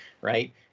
right